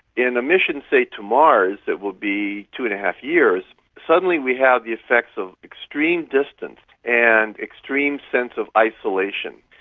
in a mission, say, to mars that will be two. and five years, suddenly we have the effects of extreme distance and extreme sense of isolation.